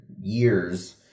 years